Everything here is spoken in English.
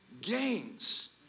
gains